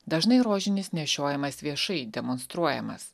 dažnai rožinis nešiojamas viešai demonstruojamas